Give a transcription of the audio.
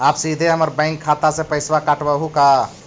आप सीधे हमर बैंक खाता से पैसवा काटवहु का?